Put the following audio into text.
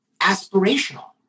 aspirational